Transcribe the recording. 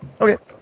Okay